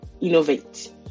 Innovate